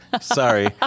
sorry